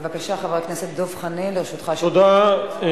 בבקשה, חבר הכנסת דב חנין, לרשותך שלוש דקות.